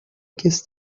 guess